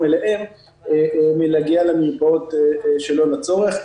מלהגיע למרפאות שלא לצורך.